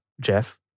Jeff